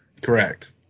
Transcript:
Correct